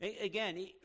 Again